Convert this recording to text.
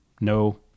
no